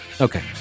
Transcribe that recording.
Okay